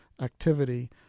activity